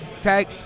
Tag